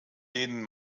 denen